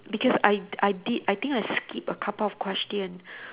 because I I did I think I skip a couple of question